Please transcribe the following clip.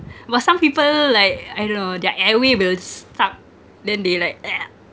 but some people like I don't know their airway will s~ stuck then they like